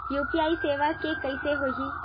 UPI सेवा के कइसे होही?